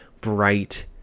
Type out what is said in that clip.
bright